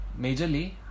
majorly